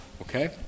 Okay